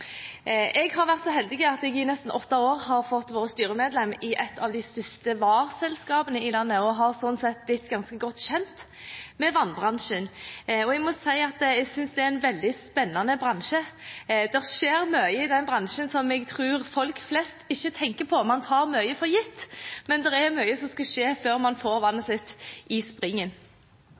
sånn sett blitt ganske god kjent med vannbransjen. Jeg må si jeg synes det er en veldig spennende bransje. Det skjer mye i den bransjen som jeg tror folk flest ikke tenker på. Man tar mye for gitt, men det er mye som skal skje før man får vannet sitt i springen.